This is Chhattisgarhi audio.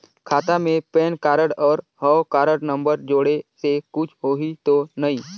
खाता मे पैन कारड और हव कारड नंबर जोड़े से कुछ होही तो नइ?